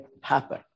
happen